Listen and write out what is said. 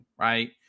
right